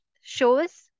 shows